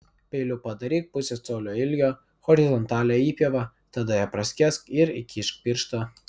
peiliu padaryk pusės colio ilgio horizontalią įpjovą tada ją praskėsk ir įkišk pirštą